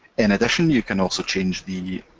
in addition you can also change the